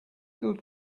good